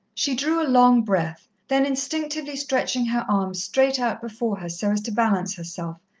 she drew a long breath, then, instinctively stretching her arms straight out before her so as to balance herself,